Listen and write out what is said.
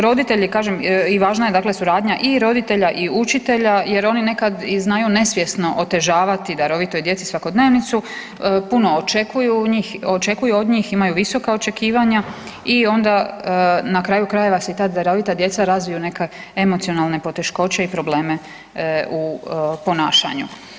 Roditelji kažem i važna je dakle suradnja i roditelja i učitelja, jer oni nekada i znaju nesvjesno otežavati darovitoj djeci svakodnevnicu, puno očekuju od njih, imaju visoka očekivanja i onda na kraju krajeva se ta darovita djeca razviju neke emocionalne poteškoće i probleme u ponašanju.